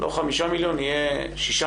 של חמישה מיליון, יהיה שישה